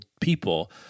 people